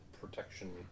protection